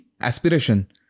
aspiration